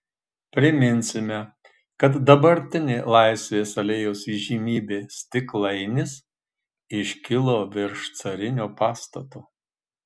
priminsime kad dabartinė laisvės alėjos įžymybė stiklainis iškilo virš carinio pastato